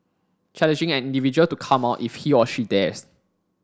challenging an individual to come out if he or she dares